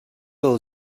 del